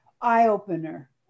eye-opener